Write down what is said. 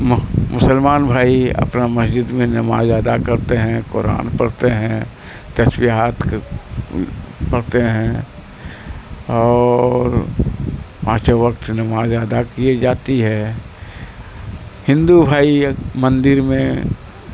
مسلمان بھائی اپنا مسجد میں نماز ادا کرتے ہیں قرآن پڑھتے ہیں تسبیہات پڑھتے ہیں اور پانچوں وقت نماز ادا کی جاتی ہے ہندو بھائی مندر میں